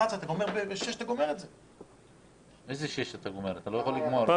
אתה גומר את זה בשש, לא בשמונה.